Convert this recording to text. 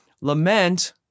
Lament